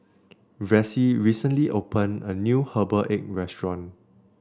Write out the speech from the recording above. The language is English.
Vessie recently opened a new Herbal Egg restaurant